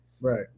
Right